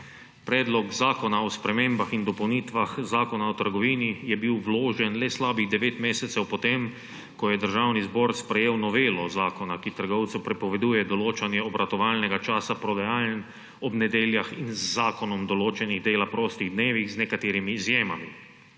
Predlog zakona o spremembah in dopolnitvah Zakona o trgovini je bil vložen le slabih devet mesecev po tem, ko je Državni zbor sprejel novelo zakona, ki trgovcem prepoveduje določanje obratovalnega časa prodajaln ob nedeljah in z zakonom določenih dela prostih dnevih z nekaterimi izjemami.